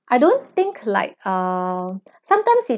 I don't think like uh sometimes it